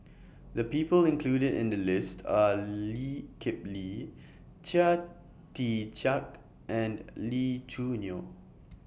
The People included in The list Are Lee Kip Lee Chia Tee Chiak and Lee Choo Neo